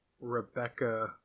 Rebecca